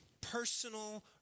personal